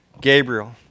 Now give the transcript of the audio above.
Gabriel